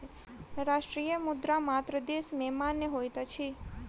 राष्ट्रीय मुद्रा मात्र देश में मान्य होइत अछि